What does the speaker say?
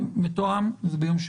זה מתואם.